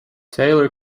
taylor